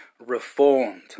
Reformed